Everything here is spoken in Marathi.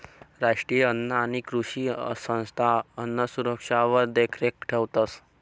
राष्ट्रीय अन्न आणि कृषी संस्था अन्नसुरक्षावर देखरेख ठेवतंस